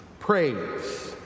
Praise